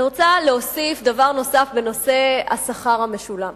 אני רוצה להוסיף דבר נוסף בנושא השכר המשולם.